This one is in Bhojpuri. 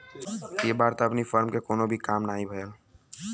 इ बार त अपनी फर्म के कवनो भी काम नाही भयल